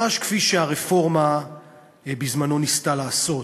ממש כפי שהרפורמה בזמנו ניסתה לעשות,